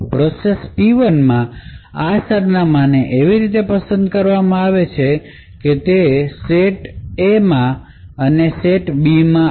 process P1 માં આ સરનામાંને એવી રીતે પસંદ કરવામાં આવે છે કે તેઓ A સેટ અને B સેટ માં આવે